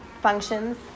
functions